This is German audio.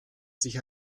sich